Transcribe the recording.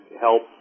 help